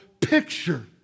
picture